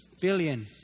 billion